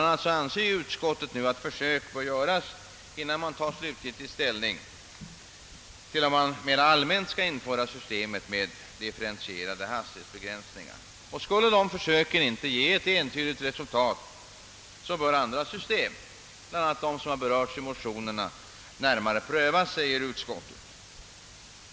a. anser utskottet att försök bör göras, innan man tar slutgiltig ställning till att man mera allmänt skall införa systemet med differentierade hastighetsbegränsningar. Skulle de försöken inte ge ett entydigt resultat bör andra system, bl.a. de som har berörts i motionerna, närmare prövas, säger utskottet.